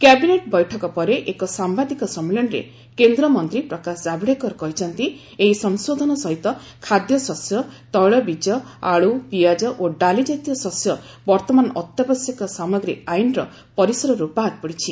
cabinet ବୈଠକ ପରେ ଏକ ସାମ୍ଭାଦିକ ସମ୍ମିଳନୀରେ କେନ୍ଦ୍ର ମନ୍ତ୍ରୀ ପ୍ରକାଶ ଜାବଡେକର କହିଛନ୍ତି ଏହି ସଂଶୋଧନ ସହିତ ଖାଦ୍ୟଶସ୍ୟ ତୈଳବିଜ ଆଳୁ ପିଆକ୍ତ ଓ ଡାଲି କାତୀୟ ଶସ୍ୟ ବର୍ତ୍ତମାନ ଅତ୍ୟାବଶ୍ୟକ ସାମଗ୍ରୀ ଆଇନ୍ର ପରିସରରୁ ବାଦ୍ ପଡ଼ିଛି